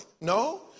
No